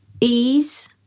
ease